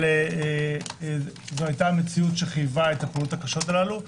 אבל זו היתה מציאות שחייבה את הפעולות הקשות הללו.